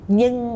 Nhưng